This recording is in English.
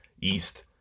east